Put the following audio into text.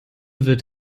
wird